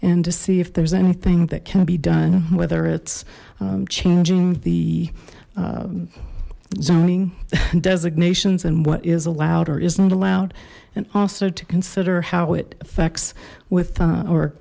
and to see if there's anything that can be done whether it's changing the zoning designations and what is allowed or isn't allowed and also to consider how it affects with